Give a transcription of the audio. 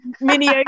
mini